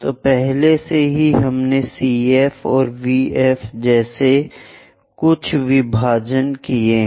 तो पहले से ही हमने CV और VF जैसे कुछ विभाजन किए हैं